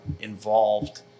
involved